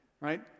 right